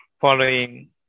following